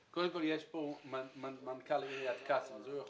נמצא פה מנכ"ל עיריית כפר קאסם והוא יכול להציג את זה.